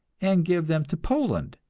and give them to poland,